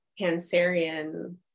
Cancerian